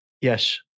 Yes